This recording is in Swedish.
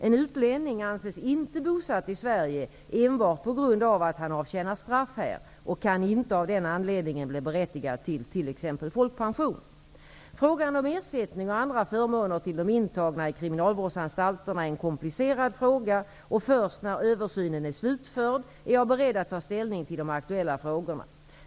En utlänning anses inte bosatt i Sverige enbart på grund av att han avtjänar straff här och kan inte av den anledningen bli berättigad till t.ex. Frågan om ersättning och andra förmåner till de intagna i kriminalvårdsanstalterna är en komplicerad fråga, och först när översynen är slutförd är jag beredd att ta ställning till de aktuella frågorna.